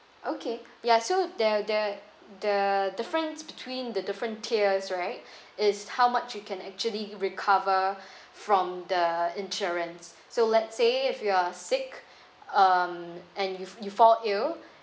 okay ya so the the the difference between the different tiers right is how much you can actually recover from the insurance so let's say if you are sick um and you you fall ill